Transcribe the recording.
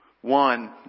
One